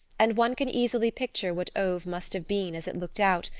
and one can easily picture what auve must have been as it looked out,